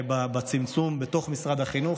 בצמצום פערים בתוך משרד החינוך,